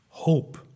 Hope